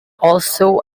also